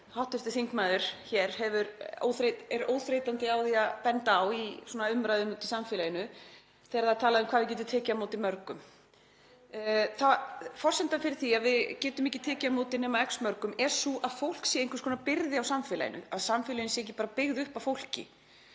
hv. þingmaður hefur verið óþreytandi við að benda á í umræðunni úti í samfélaginu, þegar talað er um hvað við getum tekið á móti mörgum. Forsendan fyrir því að við getum ekki tekið á móti nema X mörgum er sú að fólk sé einhvers konar byrði á samfélaginu, að samfélögin séu ekki bara byggð upp af fólki.